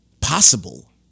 possible